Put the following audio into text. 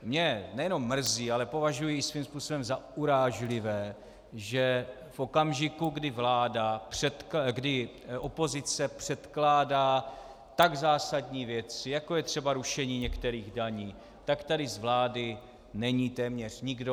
Mě nejenom mrzí, ale považuji i svým způsobem za urážlivé, že v okamžiku, kdy opozice předkládá tak zásadní věci, jako je třeba rušení některých daní, tak tady z vlády není téměř nikdo.